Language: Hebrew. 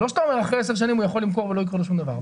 זה לא שאתה אומר אחרי עשר שנים הוא יכול למכור ולא יקרה לו שום דבר,